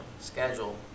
Schedule